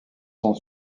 sont